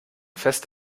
fest